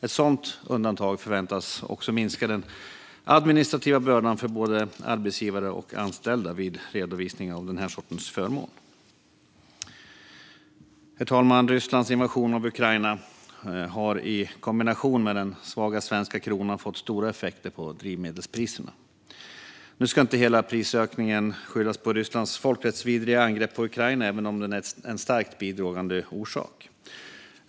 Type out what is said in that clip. Ett sådant undantag förväntas också minska den administrativa bördan för både arbetsgivare och anställda vid redovisning av denna sortens förmån. Herr talman! Rysslands invasion av Ukraina har, i kombination med den svaga svenska kronan, fått stora effekter på drivmedelspriserna. Nu ska inte hela prisökningen skyllas på Rysslands folkrättsvidriga angrepp på Ukraina, även om det är en starkt bidragande orsak.